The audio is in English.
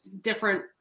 different